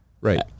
Right